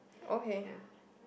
okay